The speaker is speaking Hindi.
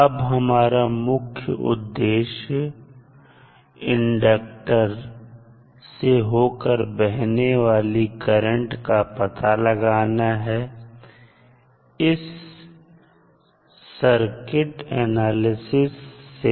अब हमारा मुख्य उद्देश्य इंडक्टर से होकर बहने वाली करंट का पता लगाना है इस सर्किट एनालिसिस से